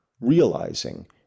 realizing